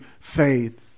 faith